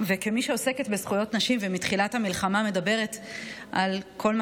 כמי שעוסקת בזכויות נשים ומתחילת המלחמה מדברת על כל מה